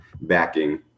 backing